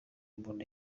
muntu